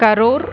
Karur